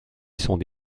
sont